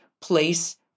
place